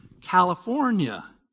California